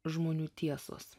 žmonių tiesos